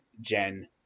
Gen